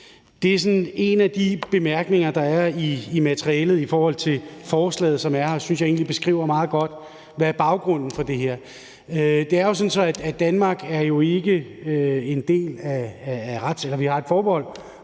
Det er sådan en af de bemærkninger, der er i materialet, i forhold til forslaget, som er her, og det synes jeg egentlig beskriver meget godt, hvad baggrunden for det her er. Det er jo sådan, at Danmark har et forbehold på retsområdet, og det her